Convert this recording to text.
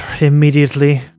immediately